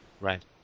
Right